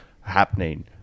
happening